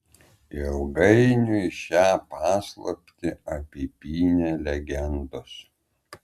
ilgainiui šią paslaptį apipynė legendos